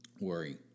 worry